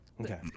Okay